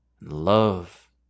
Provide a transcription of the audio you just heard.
love